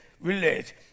Village